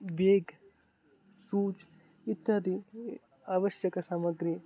bag shoes इत्यादि अवश्यकसामग्रीः